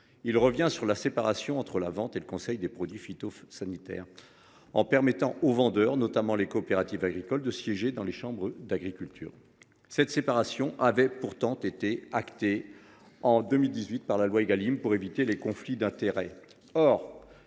Il revient sur la séparation entre la vente et le conseil de produits phytosanitaires, en permettant aux vendeurs, notamment les coopératives agricoles, de siéger dans les chambres d’agriculture. Cette séparation avait pourtant été actée en 2018, dans la loi Égalim, pour éviter les conflits d’intérêts.